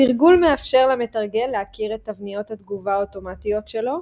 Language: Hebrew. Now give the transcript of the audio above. התרגול מאפשר למתרגל להכיר את תבניות התגובה האוטומטיות שלו,